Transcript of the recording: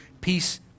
peace